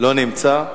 לא נמצא,